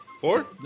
Four